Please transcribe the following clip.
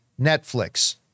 Netflix